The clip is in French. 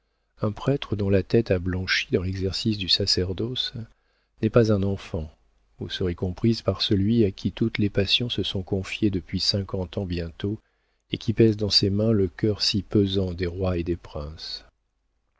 un prêtre dont la tête a blanchi dans l'exercice du sacerdoce n'est pas un enfant vous serez comprise par celui à qui toutes les passions se sont confiées depuis cinquante ans bientôt et qui pèse dans ses mains le cœur si pesant des rois et des princes